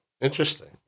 interesting